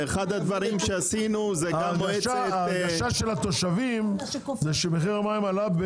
ואחד הדברים שעשינו זה גם בעצם -- ההרגשה של התושבים שמחיר המים עלה,